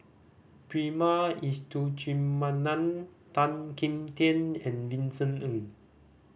Prema Letchumanan Tan Kim Tian and Vincent Ng